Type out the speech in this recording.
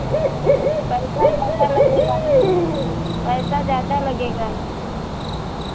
पैसा ज़्यादा लगेगा पैसा ज़्यादा लगेगा इसमें